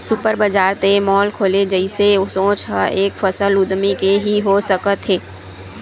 super बजार ते mall खोले जइसे सोच ह एक सफल उद्यमी के ही हो सकत हे